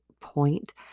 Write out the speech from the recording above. point